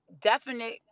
definite